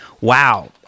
Wow